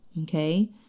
okay